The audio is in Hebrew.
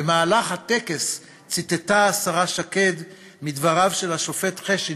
במהלך הטקס ציטטה השרה שקד מדבריו של השופט חשין,